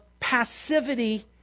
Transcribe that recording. passivity